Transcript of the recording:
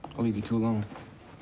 i'll leave you two alone.